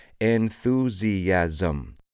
Enthusiasm